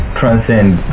transcend